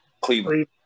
Cleveland